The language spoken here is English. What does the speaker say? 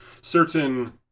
Certain